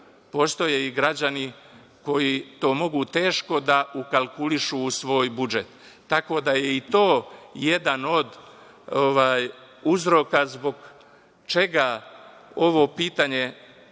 postoje i građani koji to mogu teško da ukalkulišu u svoj budžet. Tako da je i to jedan od uzroka zbog čega ovo pitanje